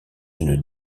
une